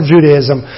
Judaism